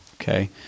Okay